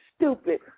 stupid